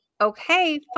okay